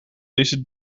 deze